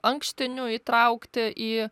ankštinių įtraukti į